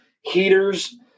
heaters